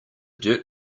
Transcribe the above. dirt